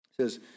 says